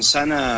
Sana